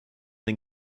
den